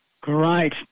Great